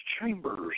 chambers